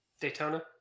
Daytona